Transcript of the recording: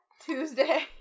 Tuesday